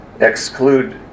exclude